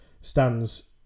stands